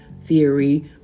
theory